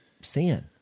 sin